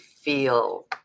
feel